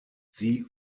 sie